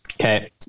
Okay